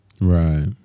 Right